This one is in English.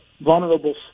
vulnerable